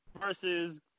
versus